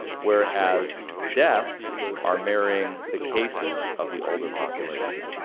whereas deaths are marrying the cases of the older population,